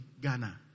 Ghana